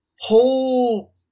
whole